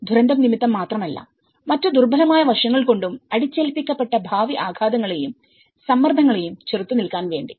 ദുരന്തം നിമിത്തം മാത്രമല്ല മറ്റ് ദുർബലമായ വശങ്ങൾ കൊണ്ടും അടിച്ചേൽപ്പിക്കപ്പെട്ട ഭാവി ആഘാതങ്ങളെയും സമ്മർദ്ദങ്ങളെയും ചെറുത്തുനിൽക്കാൻ വേണ്ടി